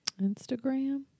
Instagram